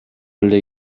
эле